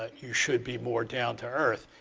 ah you should be more down to earth.